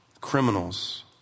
criminals